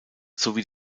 sowie